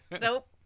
nope